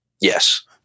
Yes